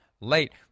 late